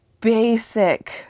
basic